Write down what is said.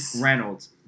Reynolds